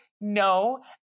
no